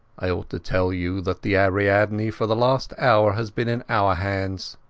i ought to tell you that the ariadne for the last hour has been in our hands